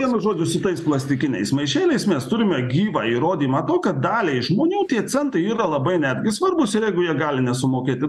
vienu žodžiu su tais plastikiniais maišeliais mes turime gyvą įrodymą to kad daliai žmonių tie centai yra labai netgi svarbūs ir jeigu jie gali nesumokėti